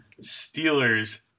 Steelers